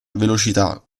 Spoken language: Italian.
velocità